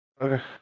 Okay